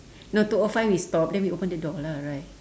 no two O five we stop then we open the door lah right